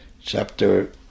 chapter